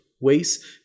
ways